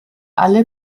alle